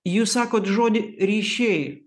jūs sakot žodį ryšiai